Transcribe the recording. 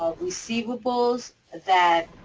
receivables that